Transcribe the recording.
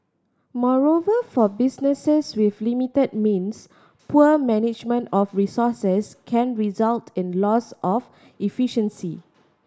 moreover for businesses with limited means poor management of resources can result in loss of efficiency